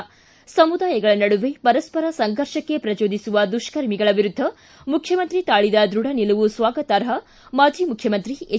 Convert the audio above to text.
ಿ ಸಮುದಾಯಗಳ ನಡುವೆ ಪರಸ್ಪರ ಸಂಘರ್ಷಕ್ಕೆ ಪ್ರಚೋದಿಸುವ ದುಷ್ಕರ್ಮಿಗಳ ವಿರುದ್ದ ಮುಖ್ಯಮಂತ್ರಿ ತಾಳಿದ ದೃಢ ನಿಲುವು ಸ್ವಾಗತಾರ್ಪ ಮಾಜಿ ಮುಖ್ಯಮಂತ್ರಿ ಎಚ್